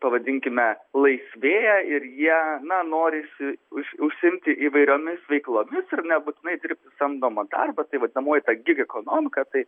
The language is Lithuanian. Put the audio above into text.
pavadinkime laisvėja ir jie na norisi už užsiimti įvairiomis veiklomis ir nebūtinai dirbti samdomą darbą tai vadinamoji ta gig ekonomika tai